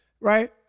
right